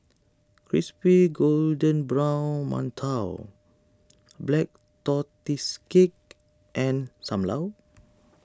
Crispy Golden Brown Mantou Black Tortoise Cake and Sam Lau